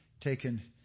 taken